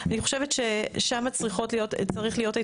אני חושבת ששם צריך להיות ההתמקדות,